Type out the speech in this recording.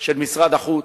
של משרד החוץ,